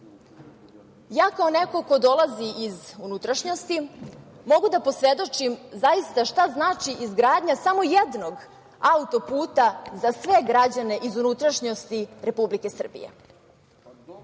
Ja kao neko ko dolazi iz unutrašnjosti mogu da posvedočim zaista šta znači izgradnja samo jednog auto-puta za sve građane iz unutrašnjosti Republike Srbije. Unazad